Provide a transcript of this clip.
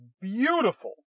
beautiful